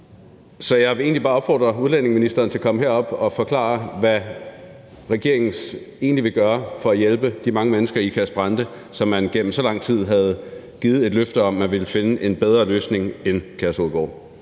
Så jeg vil egentlig bare opfordre udlændingeministeren til at komme herop og forklare, hvad regeringen egentlig vil gøre for at hjælpe de mange mennesker i Ikast-Brande, som man gennem så lang tid havde givet et løfte om, at man ville finde en bedre løsning end Kærshovedgård.